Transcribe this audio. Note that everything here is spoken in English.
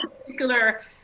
particular